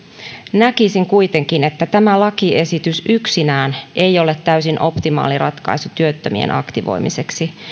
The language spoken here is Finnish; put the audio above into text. näkisin kuitenkin että tämä lakiesitys yksinään ei ole täysin optimaali ratkaisu työttömien aktivoimiseksi